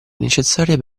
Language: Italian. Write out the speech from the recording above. necessaria